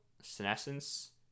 Senescence